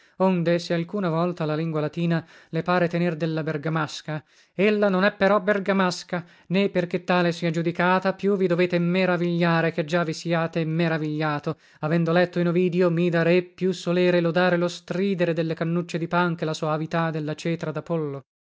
onde se alcuna volta la lingua latina le pare tener della bergamasca ella non è però bergamasca né perché tale sia giudicata più vi dovete meravigliare che già vi siate meravigliato avendo letto in ovidio mida re più solere lodare lo stridere delle cannucce di pan che la soavità della cetra dapollo